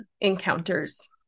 encounters